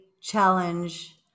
challenge